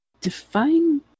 define